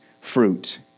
fruit